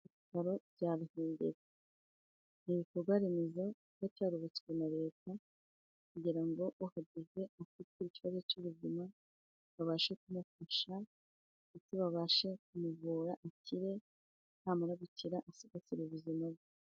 Ibitaro bya Ruhengeri ni ibikorwa remezo kiba cyarubatswe na Leta, kugira ngo uhageze afite ikibazo cy'ubuzima， babashe kumufasha，ndetse babashe kumuvura akire， namara gukira asigasire ubuzima bwe.